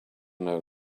know